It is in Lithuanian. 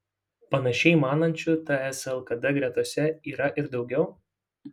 panašiai manančių ts lkd gretose yra ir daugiau